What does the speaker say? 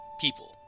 people